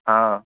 हा